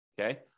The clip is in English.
okay